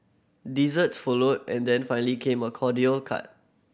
desserts followed and then finally came a cordial cart